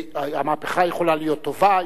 המהפכה יכולה להיות טובה,